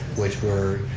which we're,